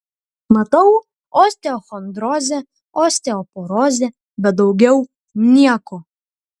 matau osteochondrozę osteoporozę bet daugiau nieko